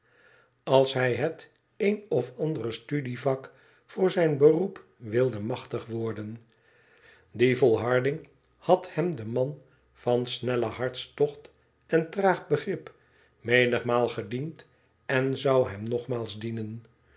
als hij het een of andere studievak voor zijn beroep wilde machtig worden die volharding had hem den man van snellen hartstocht en traag begrip menigmaal gediend en zoa hem nogmaals dienen